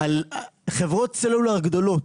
על חברות סלולר גדולות,